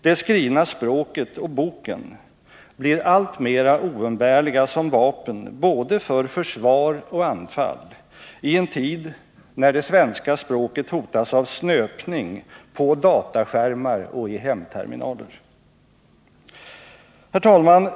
Det skrivna språket och boken blir alltmer oumbärliga som vapen både för försvar och anfall i en tid när det svenska språket hotas av snöpning på dataskärmar och i hemterminaler. Herr talman!